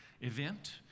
event